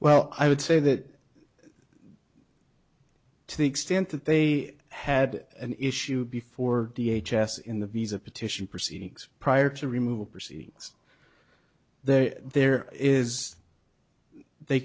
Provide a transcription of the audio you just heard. well i would say that to the extent that they had an issue before the h s in the visa petition proceedings prior to remove the proceedings there there is they